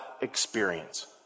experience